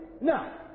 Now